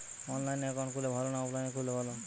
অনলাইনে একাউন্ট খুললে ভালো না অফলাইনে খুললে ভালো?